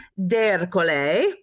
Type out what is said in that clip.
dercole